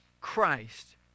Christ